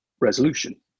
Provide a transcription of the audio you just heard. resolution